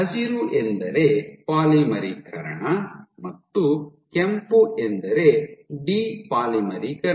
ಹಸಿರು ಎಂದರೆ ಪಾಲಿಮರೀಕರಣ ಮತ್ತು ಕೆಂಪು ಎಂದರೆ ಡಿ ಪಾಲಿಮರೀಕರಣ